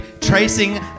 tracing